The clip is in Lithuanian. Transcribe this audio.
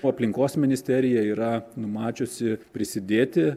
o aplinkos ministerija yra numačiusi prisidėti